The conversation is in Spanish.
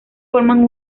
forman